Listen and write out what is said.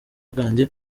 bwanjye